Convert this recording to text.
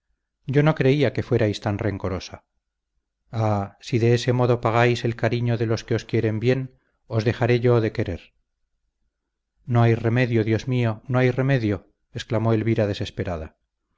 yo no creía que fuerais tan rencorosa ah si de ese modo pagáis el cariño de los que os quieren bien os dejaré yo de querer no hay remedio dios mío no hay remedio exclamó elvira desesperada